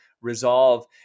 resolve